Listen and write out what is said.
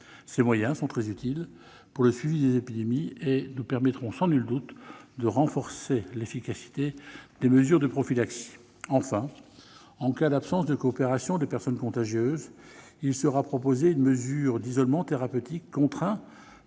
Ils sont très utiles pour le suivi des épidémies et nous permettront sans nul doute de renforcer l'efficacité des mesures de prophylaxie. Enfin, en cas d'absence de coopération des personnes contagieuses, une mesure d'isolement thérapeutique contraint